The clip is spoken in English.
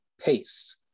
pace